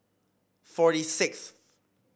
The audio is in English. forty sixth